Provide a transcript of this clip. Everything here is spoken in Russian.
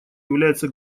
является